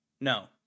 no